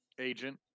agent